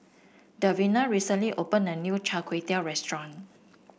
Davina recently opened a new Char Kway Teow restaurant